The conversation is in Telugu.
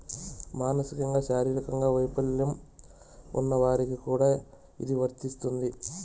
మానసికంగా శారీరకంగా వైకల్యం ఉన్న వారికి కూడా ఇది వర్తిస్తుంది